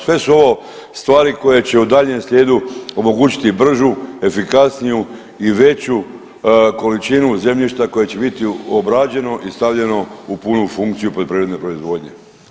Sve su ovo stvari koje će u daljnjem slijedu omogućiti bržu, efikasniju i veću količinu zemljišta koje će biti obrađeno i stavljeno u punu funkciju poljoprivredne proizvodnje.